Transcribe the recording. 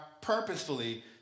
purposefully